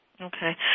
Okay